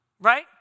right